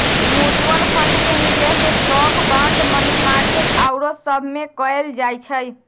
mutual fund के निवेश stock, bond, money market आउरो सभमें कएल जाइ छइ